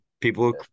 People